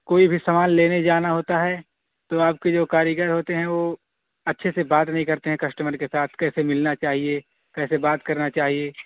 کوئی بھی سامان لینے جانا ہوتا ہے تو آپ کے جو کاریگر ہوتے ہیں وہ اچھے سے بات نہیں کرتے ہیں کسٹمر کے ساتھ کیسے ملنا چاہیے کیسے بات کرنا چاہیے